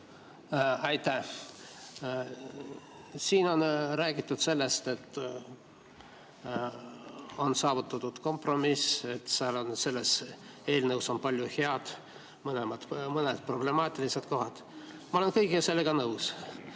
Aitäh! Siin on räägitud sellest, et on saavutatud kompromiss, et seal eelnõus on palju head, kuigi on mõned problemaatilised kohad. Ma olen kõige sellega nõus.